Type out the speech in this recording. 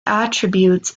attributes